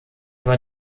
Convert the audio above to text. war